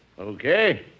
Okay